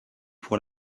pour